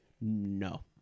No